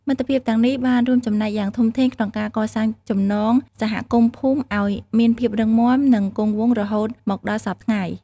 មិត្តភាពទាំងនេះបានរួមចំណែកយ៉ាងធំធេងក្នុងការកសាងចំណងសហគមន៍ភូមិឲ្យមានភាពរឹងមាំនិងគង់វង្សរហូតមកដល់សព្វថ្ងៃ។